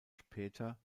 später